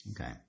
Okay